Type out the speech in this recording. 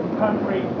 country